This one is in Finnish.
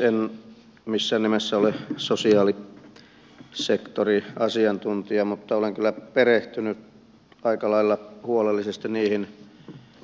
en missään nimessä ole sosiaalisektoriasiantuntija mutta olen kyllä perehtynyt aika lailla huolellisesti niihin